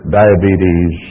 diabetes